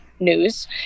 News